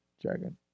dragon